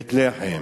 בית-לחם,